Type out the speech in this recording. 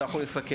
אז אנחנו נסכם.